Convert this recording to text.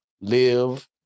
live